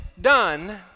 done